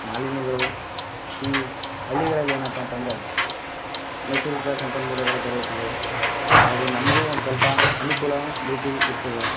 ಮಾಲಿನ್ಯಗಳು ಈ ಹಳ್ಳಿಗಳಲ್ಲಿ ಏನಪ್ಪ ಅಂತ ಅಂದ್ರೆ ನೈಸರ್ಗಿಕ ಸಂಪನ್ಮೂಲಗಳು ದೊರೆಯುತ್ತದೆ ಹಾಗೂ ನಮಗೂ ಒಂದು ಸ್ವಲ್ಪ ಅನುಕೂಲ ರೀತಿ ಇರ್ತದೆ